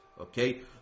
Okay